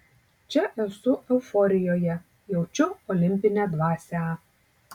čia esu euforijoje jaučiu olimpinę dvasią